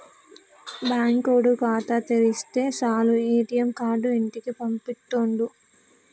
బాంకోడు ఖాతా తెరిస్తె సాలు ఏ.టి.ఎమ్ కార్డు ఇంటికి పంపిత్తుండు